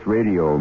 Radio